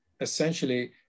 essentially